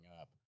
up